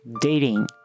dating